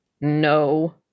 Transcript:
No